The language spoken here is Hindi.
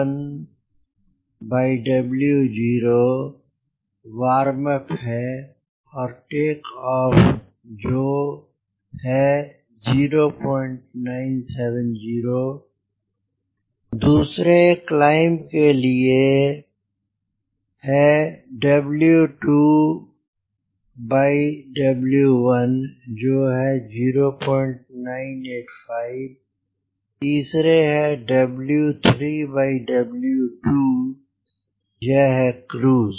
W1W0 वार्म अप है और टेक ऑफ जो है 0970 दूसरे क्लाइंब के लिए है W2W1 जो है 0985 तीसरे है W3W2 यह है क्रूज